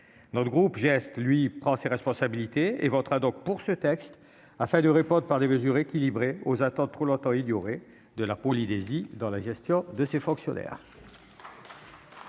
GEST, pour sa part, prend ses responsabilités ; il votera donc pour ce texte, afin de répondre par des mesures équilibrées aux attentes trop longtemps ignorées de la Polynésie dans la gestion de ses fonctionnaires.